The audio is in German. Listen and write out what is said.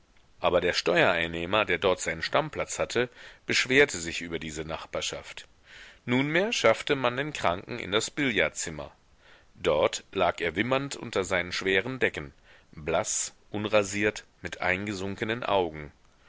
aber der steuereinnehmer der dort seinen stammplatz hatte beschwerte sich über diese nachbarschaft nunmehr schaffte man den kranken in das billardzimmer dort lag er wimmernd unter seinen schweren decken blaß unrasiert mit eingesunkenen augen